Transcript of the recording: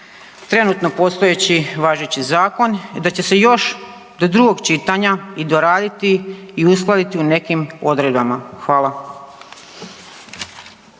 trenutno postojeći važeći zakon, da će se još do drugog čitanja i doraditi i uskladiti u nekim odredbama. Hvala.